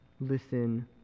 listen